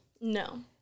No